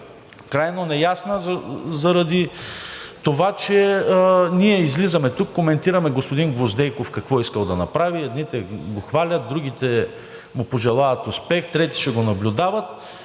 Крайно неясна заради това, че ние излизаме тук, коментираме господин Гвоздейков какво е искал да направи – едните го хвалят, другите му пожелават успех, трети ще го наблюдават.